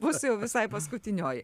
bus jau visai paskutinioji